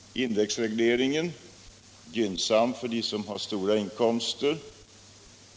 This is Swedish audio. Indexregleringen är gynnsam för dem som har stora inkomster.